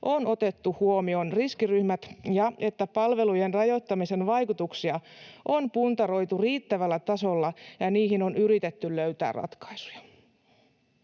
on otettu huomioon riskiryhmät ja että palvelujen rajoittamisen vaikutuksia on puntaroitu riittävällä tasolla ja niihin on yritetty löytää ratkaisuja.